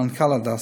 מנכ"ל הדסה,